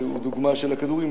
שהוא דוגמה של הכדורים,